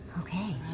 Okay